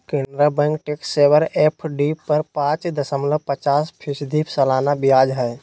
Canara bank tax saver FD पर पाच दशमलब पचास फीसदी सालाना ब्याज हइ